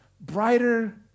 brighter